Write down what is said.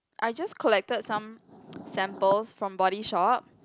I just collected some samples from Body Shop